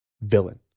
villain